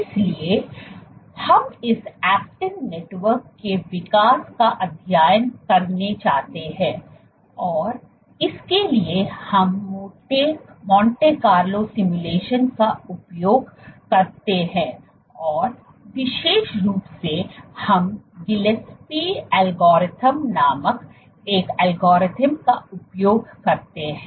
इसलिए हम इस एक्टिन नेटवर्क के विकास का अध्ययन करना चाहते हैं और इसके लिए हम मोंटे कार्लो सिमुलेशन का उपयोग करते हैं और विशेष रूप से हम गिलेस्पी एल्गोरिथ्म नामक एक एल्गोरिथ्म का उपयोग करते हैं